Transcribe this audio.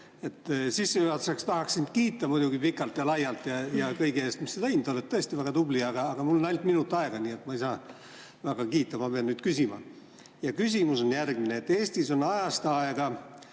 Sissejuhatuseks tahaks sind kiita muidugi pikalt ja laialt kõige eest, mis sa teinud oled. Tõesti väga tubli, aga mul on ainult minut aega, nii et ma ei saa väga kiita. Ma pean nüüd küsima. Ja küsimus on järgmine. Eestis ajast aega